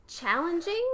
challenging